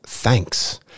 Thanks